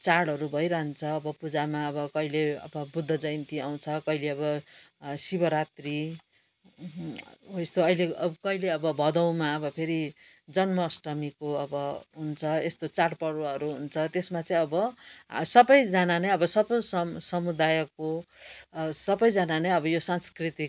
चाडहरू भइरहन्छ अब पूजामा अब कहिले अब बुद्ध जयन्ती आउँछ कहिले अब शिवरात्री हो यस्तो अब कहिले अब भदौमा अब फेरि जन्म अष्टमीको अब हुन्छ यस्तो चाडपर्वहरू हुन्छ त्यसमा चाहिँ अब आ सबैजना नै अब सबै स समुदायको सबैजना ने अब यो सांस्कृतिक